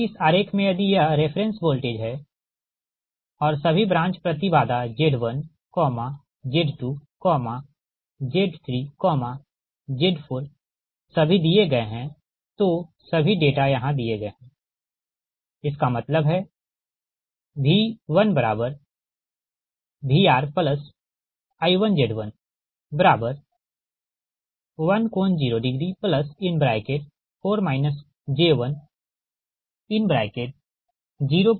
तो इस आरेख में यदि यह रेफ़रेंस वोल्टेज है और सभी ब्रांच प्रति बाधा Z1Z2Z3Z4 सभी दिए गए हैं तो सभी डेटा यहाँ दिए गए हैं इसका मतलब है V1VrI1Z11∠04 j1002j008